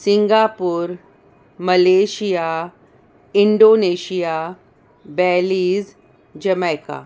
Singapore Malaysia Indonesia Belize Jamaica